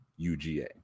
UGA